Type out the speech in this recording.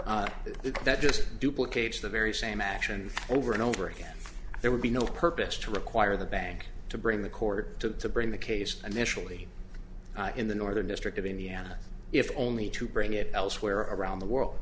asset that just duplicate the very same action over and over again there would be no purpose to require the bank to bring the court to bring the case initially in the northern district of indiana if only to bring it elsewhere around the world